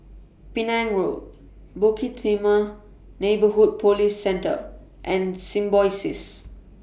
Penang Road Bukit Timah Neighbourhood Police Centre and Symbiosis